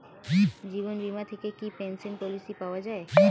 জীবন বীমা থেকে কি পেনশন পলিসি পাওয়া যায়?